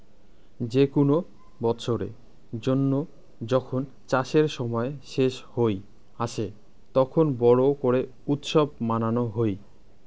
যে কুন বৎসরের জন্য যখন চাষের সময় শেষ হই আসে, তখন বড় করে উৎসব মানানো হই